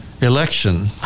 Election